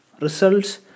results